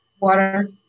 water